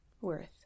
worth